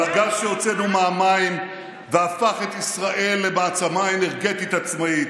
על הגז שהוצאנו מהמים והפך את ישראל למעצמה אנרגטית עצמאית,